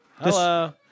Hello